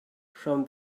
from